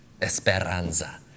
esperanza